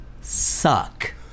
suck